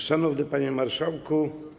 Szanowny Panie Marszałku!